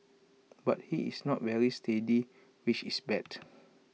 but he is not very steady which is bad